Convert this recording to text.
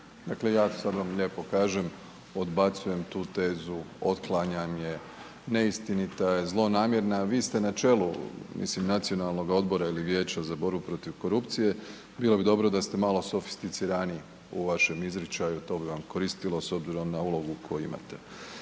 Dakle, ja sad vam lijepo kažem. Odbacujem tu tezu, otklanjam je, neistinita je, zlonamjerna, vi ste na čelu, mislim, nacionalnog odbora ili vijeća za borbu protiv korupcije. Bilo bi dobro da ste malo sofisticiraniji u vašem izričaju, to bi vam koristilo s obzirom na ulogu koju imate.